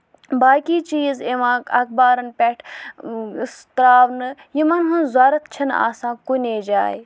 باقٕے چیٖز یِوان اخبارن پٮ۪ٹھ تراونہٕ یِمن ہٕنز ضروٗرت چھِ نہٕ آسان کُنے جایہِ